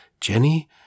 Jenny